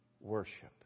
worship